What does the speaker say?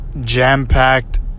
jam-packed